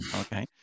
okay